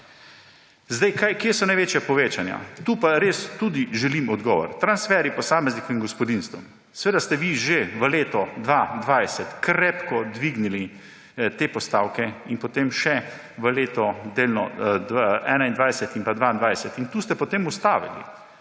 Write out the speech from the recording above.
bo. Kje so največja povečanja? Tu pa res želim odgovor. Transferji posameznikom in gospodinjstvom. Seveda ste vi že v letu 2020 krepko dvignili te postavke in potem še delno v letu 2021 in pa 2022. In tu ste potem ustavili.